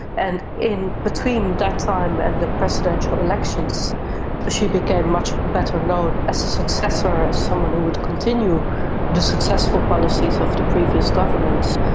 and in between that time and the presidential elections she became much better known as a successor, as someone who would continue the successful policies of the previous governments,